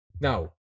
Now